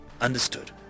understood